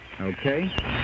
Okay